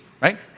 right